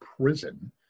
prison